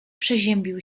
przeziębił